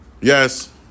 yes